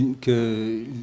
que